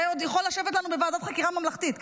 זה עוד יכול לשבת לנו בוועדת חקירה ממלכתית,